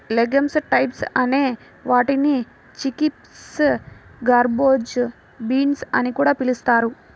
legumes types అనే వాటిని chickpeas, garbanzo beans అని కూడా పిలుస్తారు